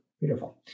Beautiful